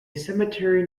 cemetery